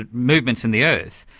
ah movements in the earth,